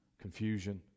confusion